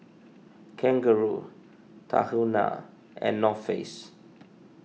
Kangaroo Tahuna and North Face